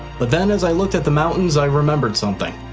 but then as i looked at the mountains, i remembered something.